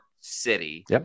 City